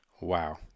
Wow